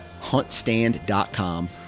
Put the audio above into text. huntstand.com